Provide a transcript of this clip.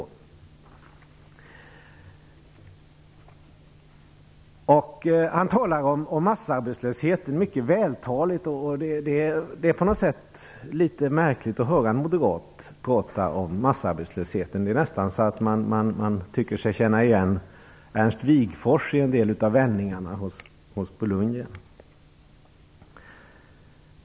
Bo Lundgren talar mycket vältaligt om massarbetslösheten. Det är litet märkligt att höra en moderat prata om massarbetslöshet. Det är nästan så man tycker sig känna igen Ernst Wigforss i en del av Bo Lundgrens vändningar.